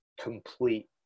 complete